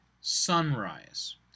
sunrise